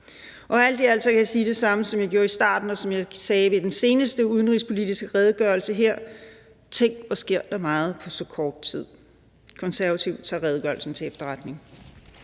af. Alt i alt kan jeg sige det samme, som jeg gjorde i starten, og som jeg sagde det i den seneste udenrigspolitiske redegørelse her: Tænk, hvor sker der meget på så kort tid. Konservative tager redegørelsen til efterretning.